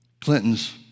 Clinton's